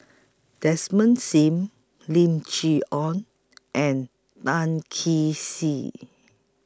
Desmond SIM Lim Chee Onn and Tan Kee Sek